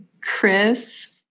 Chris